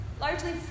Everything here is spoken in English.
largely